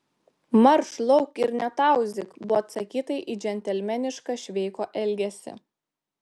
marš lauk ir netauzyk buvo atsakyta į džentelmenišką šveiko elgesį